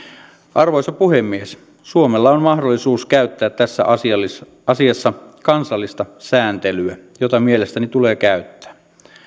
arvoisa puhemies suomella on mahdollisuus käyttää tässä asiassa kansallista sääntelyä jota mielestäni tulee käyttää